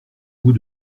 vous